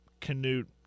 Canute